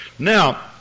Now